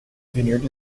vineyard